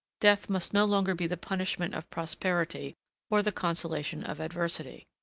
death must no longer be the punishment of prosperity or the consolation of adversity.